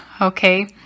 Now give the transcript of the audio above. okay